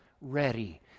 ready